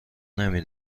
نمی